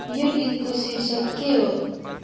यो गीतको शीर्षक के हो